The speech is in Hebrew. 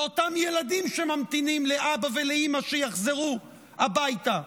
לאותם ילדים שממתינים לאבא ולאימא שיחזרו הביתה,